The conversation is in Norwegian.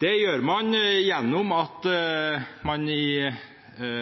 Det gjør man gjennom at man i